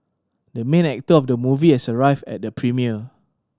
the main actor of the movie has arrived at the premiere